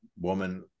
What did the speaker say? woman